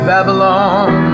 Babylon